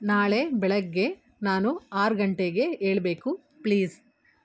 ನಾಳೆ ಬೆಳಗ್ಗೆ ನಾನು ಆರು ಗಂಟೆಗೆ ಏಳಬೇಕು ಪ್ಲೀಸ್